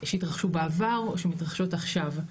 שהתרחשו בעבר או שמתרחשות עכשיו.